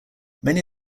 many